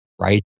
right